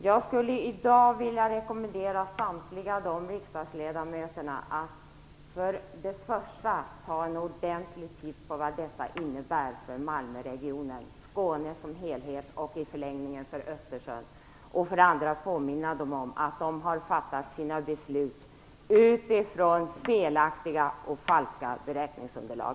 Jag skulle i dag för det första vilja rekommendera alla dessa riksdagsledamöter att ta en ordentlig titt på vad detta innebär för Malmöregionen, för Skåne som helhet och, i en förlängning, för Östersjön samt för det andra vilja påminna dem om att de har fattat sina beslut utifrån felaktiga och falska beräkningsunderlag.